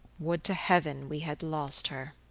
would to heaven we had lost her!